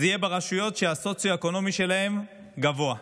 זה יהיה ברשויות שהדירוג הסוציו-אקונומי שלהן גבוה.